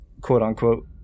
quote-unquote